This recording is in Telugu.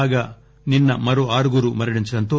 కాగా నిన్న మరో ఆరుగురు మరణించటంతో